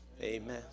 Amen